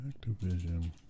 Activision